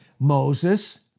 Moses